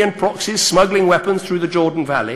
ואני יכול להבטיח לך, אדוני,